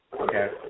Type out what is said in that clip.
okay